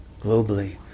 globally